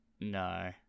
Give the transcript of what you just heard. No